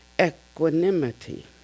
equanimity